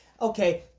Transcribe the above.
Okay